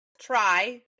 try